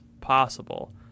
possible